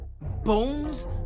Bones